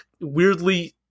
weirdly